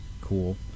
Cool